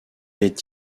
est